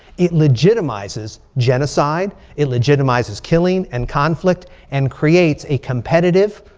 it legitimizes genocide. it legitimizes killing and conflict and creates a competitive,